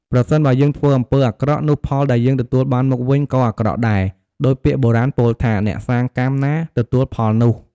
ប្រសិនបើយើងធ្វើអំពើអាក្រក់ នោះផលដែលយើងទទួលបានមកវិញក៏អាក្រក់ដែរ ដូចពាក្យបុរាណពោលថា "អ្នកសាងកម្មណា ទទួលផលនោះ"។